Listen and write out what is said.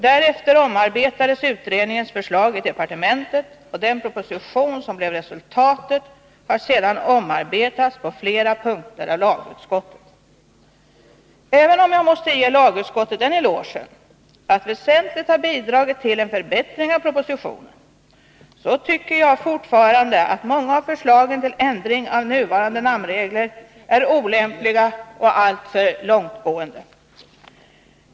Därefter omarbetades utredningens förslag i departementet, och den proposition som blev resultatet har sedan omarbetats på flera punkter av lagutskottet. Även om jag måste ge lagutskottet den elogen att väsentligt ha bidragit till en förbättring av propositionen, tycker jag fortfarande att många av förslagen till ändring av nuvarande namnregler är olämpliga och alltför långtgående.